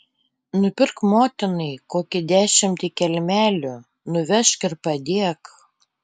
nupirk motinai kokį dešimtį kelmelių nuvežk ir padėk